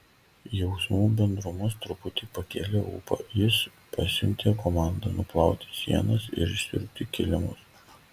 jausmų bendrumas truputį pakėlė ūpą jis pasiuntė komandą nuplauti sienas ir išsiurbti kilimus